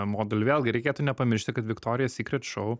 modulių vėlgi reikėtų nepamiršti kad viktorija sykret šou